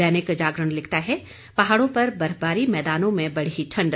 दैनिक जागरण लिखता है पहाड़ों पर बर्फबारी मैदानों में बढ़ी ठंड